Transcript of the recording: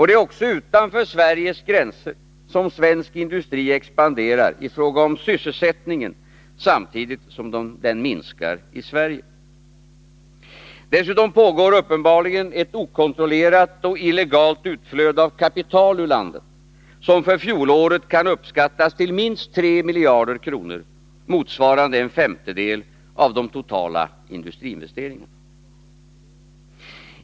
Det är också utanför Sveriges gränser som svensk industri expanderar i fråga om sysselsättningen, samtidigt som sysselsättningen minskar i Sverige. Dessutom pågår uppenbarligen ett okontrollerat och illegalt utflöde av kapital ur landet, vilket för fjolåret kan uppskattas till minst 3 miljarder kronor, motsvarande en femtedel av de totala industriinvesteringarna.